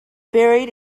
buried